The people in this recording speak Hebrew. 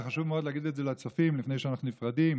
וחשוב מאוד להגיד את זה לצופים לפני שאנחנו נפרדים,